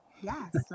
Yes